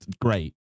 great